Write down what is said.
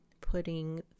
putting